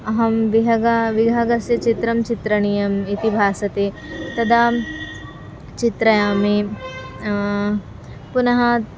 अहं विहगा विहगस्य चित्रं चित्रणीयम् इति भासते तदा चित्रयामि पुनः